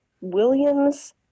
Williams